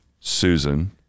Susan